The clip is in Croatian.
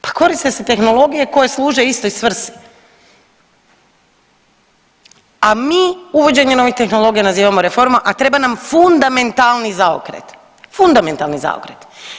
Pa koriste se tehnologije koje služe istoj svrsi, a mi uvođenje novih tehnologija nazivamo reforma, a treba nam fundamentalni zaokret, fundamentalni zaokret.